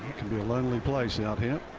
can be a lonely place out here.